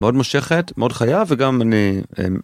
מאוד מושכת מאוד חיה וגם אני..